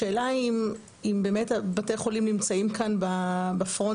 השאלה היא האם באמת בתי החולים נמצאים כאן בפרונט